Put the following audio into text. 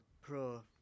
pro